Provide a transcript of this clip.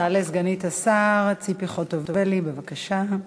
תעלה סגנית השר ציפי חוטובלי, בבקשה.